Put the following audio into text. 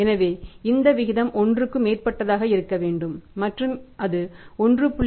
எனவே இந்த விகிதம் ஒன்றுக்கு மேற்பட்டதாக இருக்க வேண்டும் மற்றும் அது 1